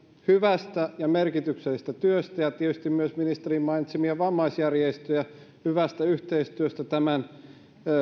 hyvästä ja merkityksellisestä työstä ja tietysti myös ministerin mainitsemia vammaisjärjestöjä hyvästä yhteistyöstä tämän